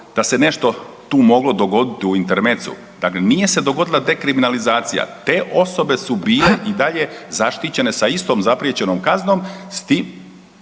da se nešto tu moglo dogoditi u intermecu, dakle nije se dogodila dekriminalizacija. Te osobe su bile i dalje zaštićene sa istom zapriječenom kaznom s tim